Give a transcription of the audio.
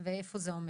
ואיפה זה עומד.